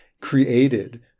created